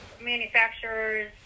manufacturers